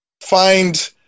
find